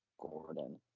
Gordon